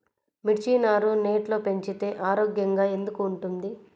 మిర్చి నారు నెట్లో పెంచితే ఆరోగ్యంగా ఎందుకు ఉంటుంది?